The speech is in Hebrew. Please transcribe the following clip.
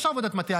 יש עבודת מטה.